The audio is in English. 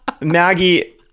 Maggie